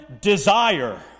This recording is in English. desire